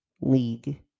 league